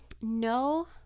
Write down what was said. No